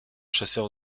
chasseur